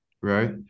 right